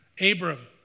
Abram